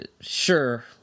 sure